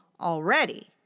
already